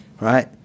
right